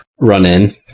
run-in